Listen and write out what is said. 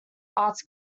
arts